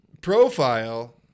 profile